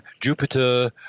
Jupiter